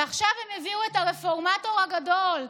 ועכשיו הם הביאו את הרפורמטור הגדול,